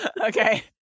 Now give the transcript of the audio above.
okay